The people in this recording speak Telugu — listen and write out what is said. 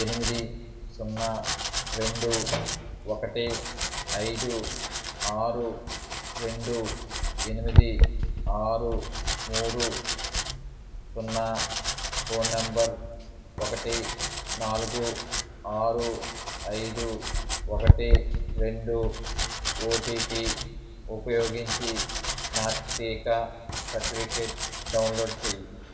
ఎనిమిది సున్నా రెండు ఒకటి ఐదు ఆరు రెండు ఎనిమిది ఆరు మూడు సున్నా ఫోన్ నంబర్ ఒకటి నాలుగు ఆరు ఐదు ఒకటి రెండు ఓటిపి ఉపయోగించి నా టీకా సర్టిఫికెట్ డౌన్లోడ్ చెయ్యి